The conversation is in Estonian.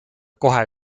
kohe